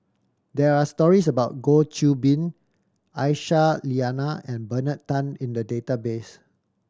there are stories about Goh Qiu Bin Aisyah Lyana and Bernard Tan in the database